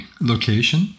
location